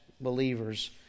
believers